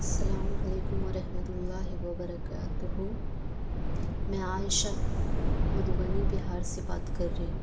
السلام علیکم ورحمتۃ اللہ وبرکاتہ میں عائشہ مدھوبنی بہار سے بات کر رہی ہوں